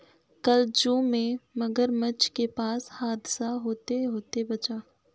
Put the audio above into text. कल जू में मगरमच्छ के पास हादसा होते होते बचा